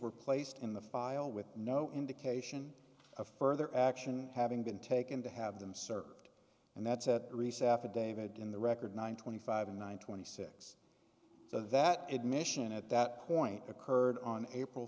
were placed in the file with no indication of further action having been taken to have them served and that's a reset for david in the record nine twenty five and nine twenty six that admission at that point occurred on april